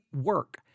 work